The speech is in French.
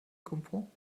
comprends